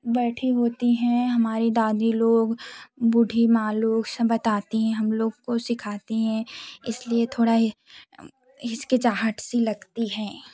बैठी होती हैं हमारी दादी लोग बूढ़ी माँ लोग सब बताती हैं हम लोग को सिखाती हैं इस लिए थोड़ा ये हिचकिचाहट सी लगती है